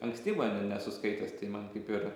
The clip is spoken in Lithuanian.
ankstybą nesu skaitęs tai man kaip ir